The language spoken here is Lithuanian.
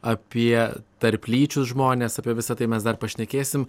apie tarplyčius žmones apie visa tai mes dar pašnekėsime